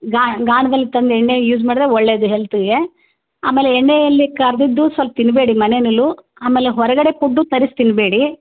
ಗಾ ಗಾಣ್ದಲ್ಲಿ ತಂದ ಎಣ್ಣೆ ಯೂಸ್ ಮಾಡಿದರೆ ಒಳ್ಳೇದು ಹೆಲ್ತ್ಗೆ ಆಮೇಲೆ ಎಣ್ಣೆಯಲ್ಲಿ ಕರಿದಿದ್ದು ಸ್ವಲ್ಪ ತಿನ್ನಬೇಡಿ ಮನೆನಲ್ಲೂ ಆಮೇಲೆ ಹೊರಗಡೆ ಪುಡ್ಡು ತರಿಸಿ ತಿನ್ನಬೇಡಿ